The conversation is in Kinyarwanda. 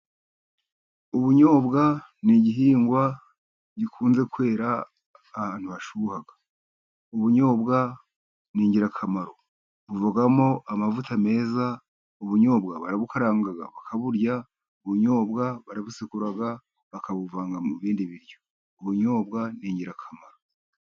Ubunyobwa ni igihingwa gikunze kwera ahantu hashyuha, ubunyobwa ni ingirakamaro buvamo amavuta meza, ubunyobwa barabukaranga bakaburya, ubunyobwa barabusekura bakabuvanga mu bindi biryo, ubunyobwa ni ingirakamaro.